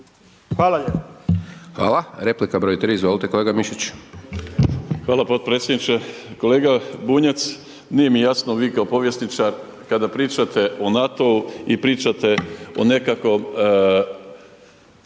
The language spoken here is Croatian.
(SDP)** Hvala. Replika br. 3. izvolite kolega Mišić. **Mišić, Ivica (Nezavisni)** Hvala potpredsjedniče, kolega Bunjac, nije mi jasno vi kao povjesničar, kada pričate o NATO-u i pričate o nekakvom,